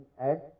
add